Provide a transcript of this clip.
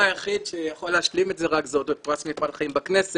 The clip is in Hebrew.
היחיד שרק יכול להשלים את זה רק זה פרס מפעל חיים בכנסת,